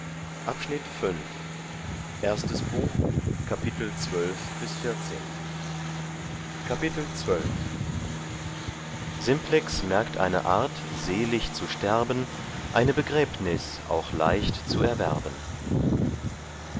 simplex merkt eine art selig zu sterben eine begräbnus auch leicht zu erwerben